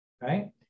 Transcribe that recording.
Right